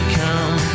come